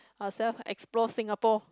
ourselves explore Singapore